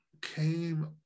came